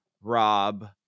Rob